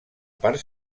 part